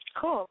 Cool